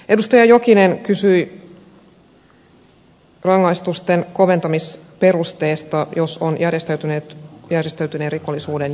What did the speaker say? edustaja jokinen kysyi rangaistuksen koventamisperusteesta jos kyseessä on järjestäytyneen rikollisuuden jäsen